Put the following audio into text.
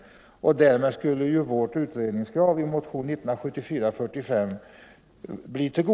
Därmed skulle vårt utredningskrav i motionen 45 bli tillgodosett i väsentlig del. Herr talman!